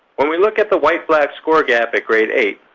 when we look at the white black score gap at grade eight,